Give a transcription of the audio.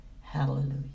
Hallelujah